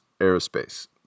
Aerospace